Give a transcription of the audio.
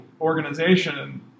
organization